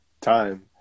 time